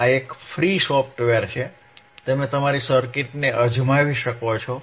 આ એક free software છે તમે તમારી સર્કિટને અજમાવી શકો છો